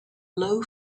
low